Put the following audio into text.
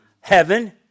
heaven